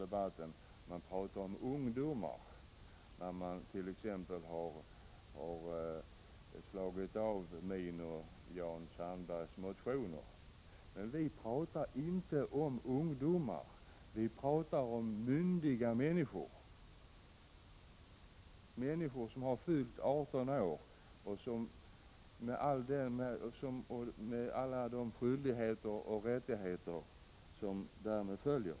Man talar bl.a. om ungdomar när man har avstyrkt min och Jan Sandbergs motion. Men vi talar inte om ungdomar, vi talar om myndiga människor, människor som har fyllt 18 år och som har alla de skyldigheter och rättigheter som därmed följer.